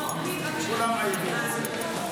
כולם עייפים.